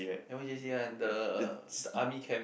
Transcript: the one j_c one the the army camp